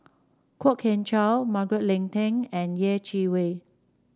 Kwok Kian Chow Margaret Leng Tan and Yeh Chi Wei